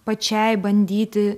pačiai bandyti